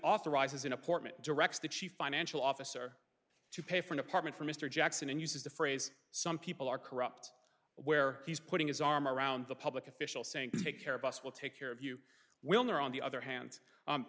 authorizes in apartment directs the chief financial officer to pay for an apartment for mr jackson and uses the phrase some people are corrupt where he's putting his arm around the public official saying take care of us will take care of you we'll never on the other hand